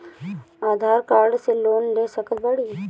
आधार card से loan ले सकत बणी?